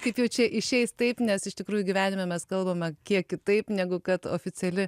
kaip jau čia išeis taip nes iš tikrųjų gyvenime mes kalbame kiek kitaip negu kad oficiali